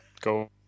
go